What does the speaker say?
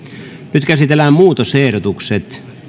nyt käsitellään muutosehdotukset